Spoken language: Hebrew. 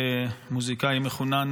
כמוזיקאי מחונן,